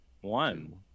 one